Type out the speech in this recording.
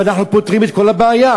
ואנחנו פותרים את כל הבעיה?